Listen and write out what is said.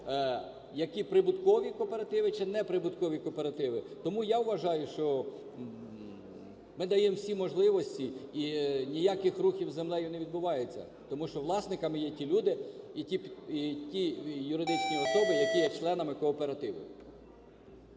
які прибуткові кооперативи чи не прибуткові кооперативи. Тому я вважаю, що ми даємо всі можливості і ніяких рухів з землею не відбувається. Тому що власниками є ті люди і ті юридичні особи, які є членами кооперативу.